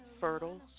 Fertile